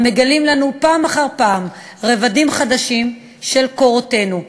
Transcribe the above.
המגלים לנו פעם אחר פעם רבדים חדשים של קורותינו,